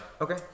Okay